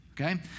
okay